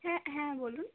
হ্যাঁ হ্যাঁ বলুন